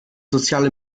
soziale